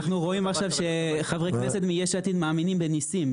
אנחנו רואים שחברי הכנסת מיש עתיד מאמינים בניסים,